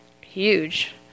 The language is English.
huge